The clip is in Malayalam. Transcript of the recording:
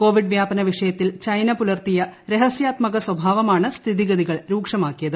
കോവിഡ് വ്യാപന വിഷയത്തിൽ ചൈന പുലർത്തിയ രഹസ്യാത്മക സ്വഭാവമാണ് സ്ഥിതിഗതികൾ രൂക്ഷമാക്കിയത്